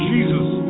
Jesus